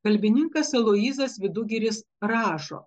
kalbininkas aloyzas vidugiris rašo